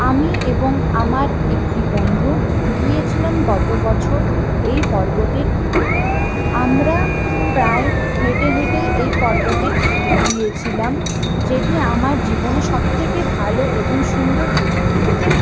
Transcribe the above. আমি এবং আমার একটি বন্ধু গিয়েছিলাম গতবছর এই পর্বতের উপরে আমরা প্রায় হেঁটে হেঁটেই এই পর্বতে গিয়েছিলাম যেটি আমার জীবনের সবথেকে ভালো এবং সুন্দর অভিজ্ঞতা